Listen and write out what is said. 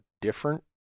different